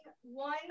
one